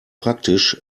praktisch